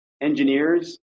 engineers